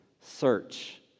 search